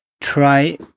try